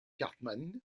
cartman